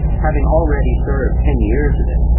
having already served ten years of it,